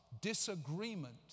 disagreement